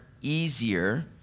easier